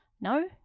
no